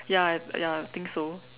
ya ya I think so